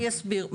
אני אסביר,